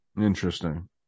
Interesting